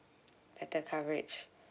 better coverage